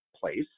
place